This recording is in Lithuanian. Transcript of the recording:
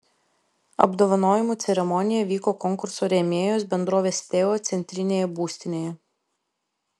apdovanojimų ceremonija vyko konkurso rėmėjos bendrovės teo centrinėje būstinėje